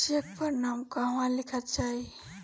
Check पर नाम कहवा लिखल जाइ?